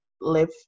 live